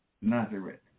Nazareth